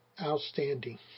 outstanding